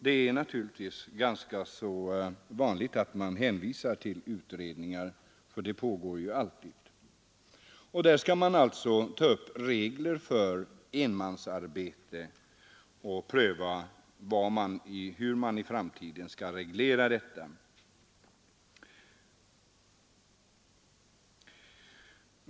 Det är ganska vanligt att hänvisa till utredningar, för sådana pågår ju alltid. Arbetsmiljöutredningen skall ockå ta upp regler för enmansarbete och pröva hur detta i framtiden skall regleras.